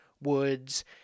woods